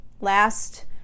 last